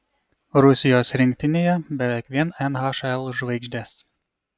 rusijos rinktinėje beveik vien nhl žvaigždės